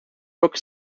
rook